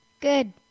Good